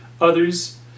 others